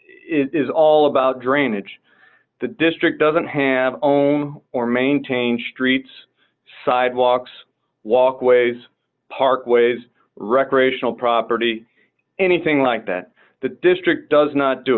it is all about drainage the district doesn't have owned or maintained streets sidewalks walkways parkways recreational property anything like that the district does not do